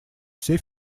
все